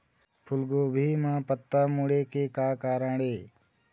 फूलगोभी म पत्ता मुड़े के का कारण ये?